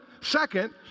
Second